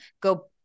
go